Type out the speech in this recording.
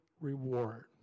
reward